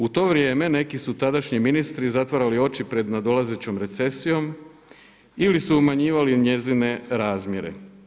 U to vrijeme neki su tadašnji ministri zatvarali oči pred nadolazećom recesijom ili su umanjivali njezine razmjere.